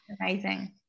amazing